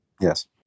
Yes